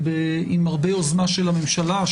עם הרבה יוזמה של הממשלה,